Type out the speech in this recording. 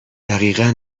دقیقا